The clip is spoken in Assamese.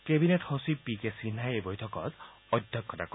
কেবিনেট সচিব পি কে সিনহাই এই বৈঠকত অধ্যক্ষতা কৰে